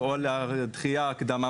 או על דחייה או הקדמה.